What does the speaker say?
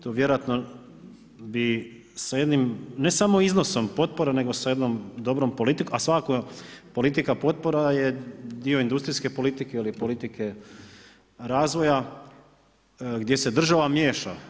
To vjerojatno bi sa jednim, ne samo iznosom potpora, nego sa jednom dobrom politikom, a svakako politika potpora je dio industrijske politike ili politike razvoja gdje se država miješa.